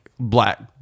Black